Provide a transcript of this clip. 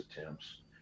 attempts